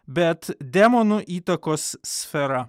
bet demonų įtakos sfera